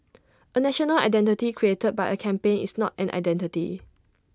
A national identity reated by A campaign is not an identity